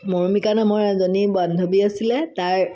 মৌমিকা নামৰ এজনী বান্ধৱী আছিলে তাইৰ